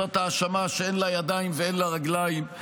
זאת האשמה שאין לה ידיים ואין לה רגליים.